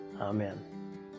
Amen